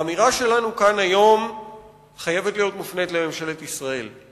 האמירה שלנו כאן היום חייבת להיות מופנית אל ממשלת ישראל.